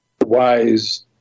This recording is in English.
wise